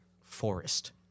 forest